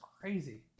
crazy